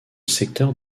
secteur